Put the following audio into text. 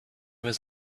was